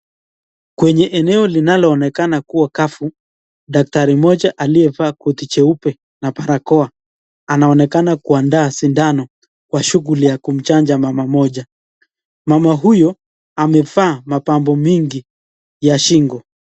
Kwenye eneo linaloonekana kuwa kavu, daktari mmoja aliyevaa koti jeupe na barakoa anaonekana kuandaa sindano kwa shughuli ya kumchanjaa mama mmoja. Mama huyo amevaa mapambo mingi ya shingo.